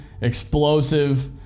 explosive